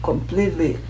Completely